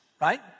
right